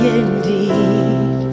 indeed